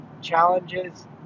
challenges